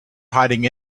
hiding